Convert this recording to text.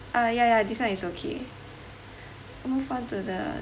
uh ya ya this one is okay move on to the